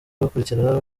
bakurikira